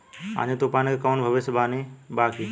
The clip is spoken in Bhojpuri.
आँधी तूफान के कवनों भविष्य वानी बा की?